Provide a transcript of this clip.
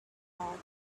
about